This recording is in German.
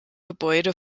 gebäude